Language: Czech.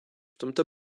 tomto